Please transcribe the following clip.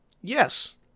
Yes